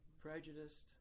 prejudiced